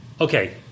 Okay